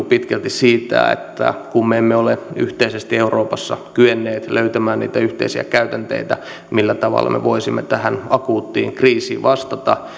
pitkälti siitä että kun me emme ole yhteisesti euroopassa kyenneet löytämään niitä yhteisiä käytänteitä millä tavalla me voisimme tähän akuuttiin kriisiin vastata